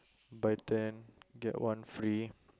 buy ten get one free